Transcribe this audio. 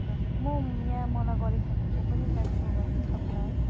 हुन्छ हुन्छ म यहाँ मलाई गरेछ भने म पनि ब्याक कल गर्छु नि तपाईँलाई